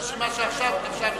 רשימה שעכשיו הציעו.